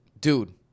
dude